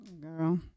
Girl